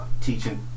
Teaching